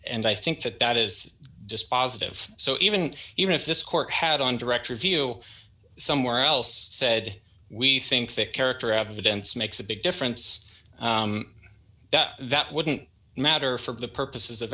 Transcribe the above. and i think that that is dispositive so even even if this court had on director view somewhere else said we think that character evidence makes a big difference that wouldn't matter for the purposes of